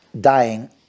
dying